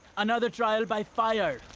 another trial by fire,